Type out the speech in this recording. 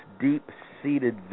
deep-seated